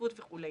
בשקיפות וכולי.